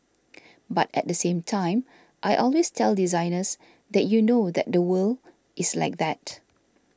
but at the same time I always tell designers that you know that the world is like that